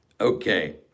Okay